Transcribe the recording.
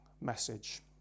message